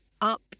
up